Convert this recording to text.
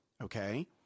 Okay